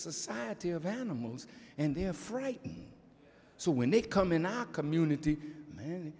society of animals and they're frightened so when they come in our community